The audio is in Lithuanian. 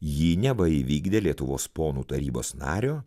jį neva įvykdė lietuvos ponų tarybos nario